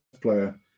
player